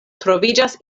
troviĝas